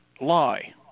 lie